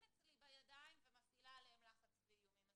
אצלי בידיים ומפעילה עליהם לחץ ואיומים.